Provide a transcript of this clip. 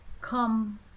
come